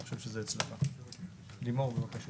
לימור, בבקשה.